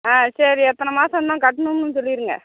ஆ சரி எத்தனை மாதம் இன்னும் கட்டணும்னு சொல்லிடுங்க